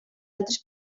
altres